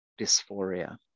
dysphoria